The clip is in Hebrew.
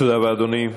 תודה רבה, אדוני.